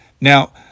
Now